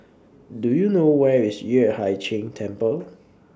Do YOU know Where IS Yueh Hai Ching Temple